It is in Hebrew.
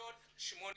אשדוד 8%,